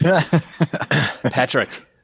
Patrick